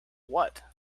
what